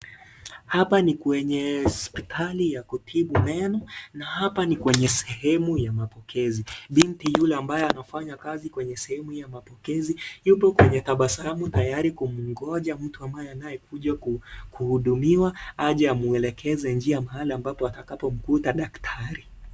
Hapa ni kwenye hospitali ya kutibu meno, na hapa ni kwenye sehemu ya mapokezi. Binti yule ambaye anafanya kazi kwenye sehemu ya mapokezi, yupo kwenye tabasamu tayari kumngoja mtu ambaye anaye kuja kuhudumiwa, aje amwelekeze njia mahali ambapo atakapo mkuta daktari.